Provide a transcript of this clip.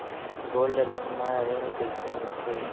Gold loan म ऋण कइसे मिलथे?